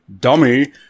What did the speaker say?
dummy